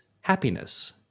happiness